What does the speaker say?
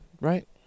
right